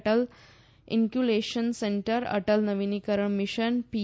Atal incubation centre Atal નવીનીકરણ mission પી